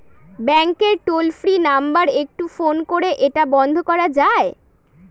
ব্যাংকের toll free number একটু phone করে এটা বন্ধ করা যায়?